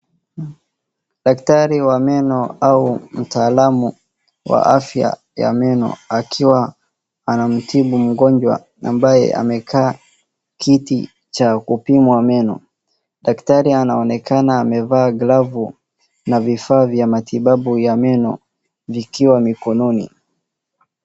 Daktari wa meno au mtaalamu wa afya ya meno akiwa anamtibu mgonjwa ambaye amekaa kiti cha kupimwa meno. Daktari anaonekana amevaa glavu na vifaa vya matibabu ya meno vikiwa mikononi.